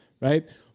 right